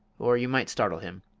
or you might startle him.